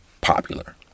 popular